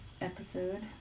episode